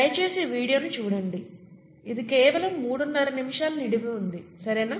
దయచేసి ఆ వీడియోని చూడండి ఇది కేవలం మూడున్నర నిమిషాల నిడివి ఉంది సరేనా